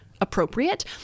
appropriate